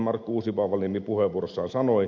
markku uusipaavalniemi puheenvuorossaan sanoi